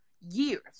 years